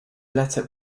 letter